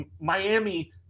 Miami